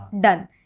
done